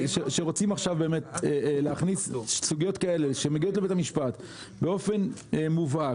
כשרוצים עכשיו להכניס סוגיות כאלה שמגיעות לבית המשפט באופן מובהק,